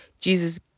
Jesus